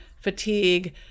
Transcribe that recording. fatigue